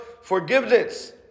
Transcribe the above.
forgiveness